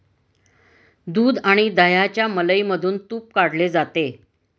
दूध आणि दह्याच्या मलईमधून तुप काढले जाते